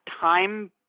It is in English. time